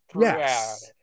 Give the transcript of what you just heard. Yes